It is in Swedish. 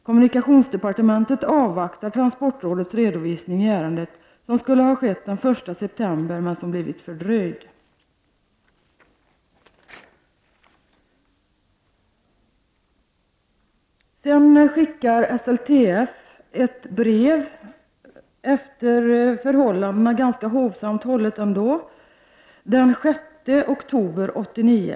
Kommunikationsdepartementet avvaktar transportrådets redovisning i ärendet som skulle ha skett den 1 september men som blivit fördröjd.” Den 6 oktober 1989 skickar SLTF ett brev som med tanke på förhållandena är ganska hovsamt skrivet.